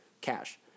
cash